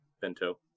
Bento